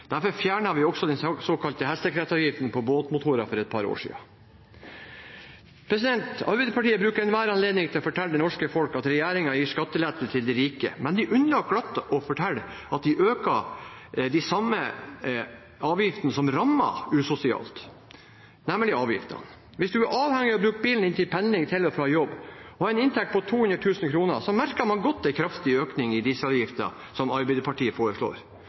derfor fjernet vi også den såkalte hestekraftavgiften på båtmotorer for et par år siden. Arbeiderpartiet bruker enhver anledning til å fortelle det norske folk at regjeringen gir skattelette til de rike, men de unnlater glatt å fortelle at de øker det som rammer usosialt, nemlig avgiftene. Hvis man er avhengig av å bruke bilen til pendling til og fra jobb og har en inntekt på 200 000 kr, merker man godt en kraftig økning i dieselavgiften, som Arbeiderpartiet foreslår.